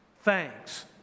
Thanks